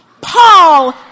Paul